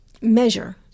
measure